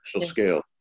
scale